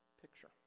picture